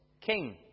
king